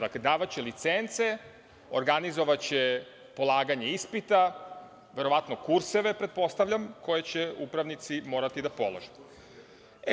Dakle, davaće licence, organizovaće polaganje ispita, verovatno kurseve, pretpostavljam, koje će upravnici morati da polažu.